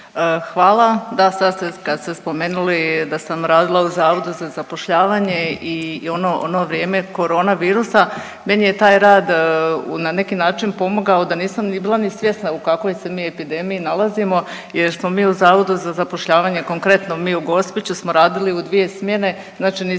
Hvala. Da, sad kad ste spomenuli da sam radila u Zavodu za zapošljavanje i ono vrijeme korona virusa meni je taj rad na neki način pomogao da nisam bila ni svjesna u kakvoj se mi epidemiji nalazimo jer smo mi u Zavodu za zapošljavanje, konkretno mi u Gospiću smo radili u dvije smjene.